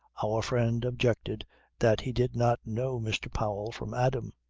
our friend objected that he did not know mr. powell from adam.